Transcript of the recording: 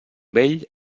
vell